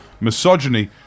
misogyny